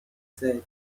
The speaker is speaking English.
said